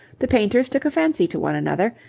the painters took a fancy to one another,